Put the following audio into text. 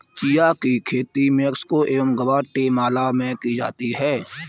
chia की खेती Mexico एवं ग्वाटेमाला में की जाती है